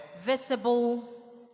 visible